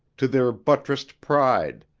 to their buttressed pride,